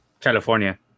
California